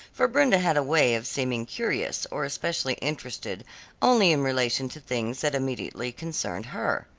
for brenda had a way of seeming curious or especially interested only in relation to things that immediately concerned her.